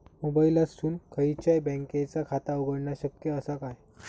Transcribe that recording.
मोबाईलातसून खयच्याई बँकेचा खाता उघडणा शक्य असा काय?